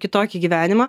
kitokį gyvenimą